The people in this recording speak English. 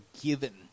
given